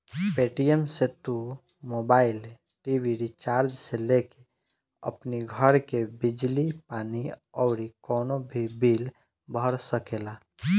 Paytm से तू mobile, TV recharge से लेके अपनी घर के बिजली पानी अउरी कवनो भी बिल भर सकेला